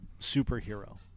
superhero